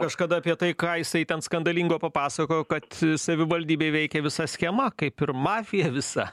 kažkada apie tai ką jisai ten skandalingo papasakojo kad savivaldybėj veikė visa schema kaip ir mafija visa